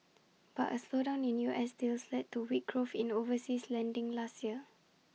but A slowdown in U S deals led to weak growth in overseas lending last year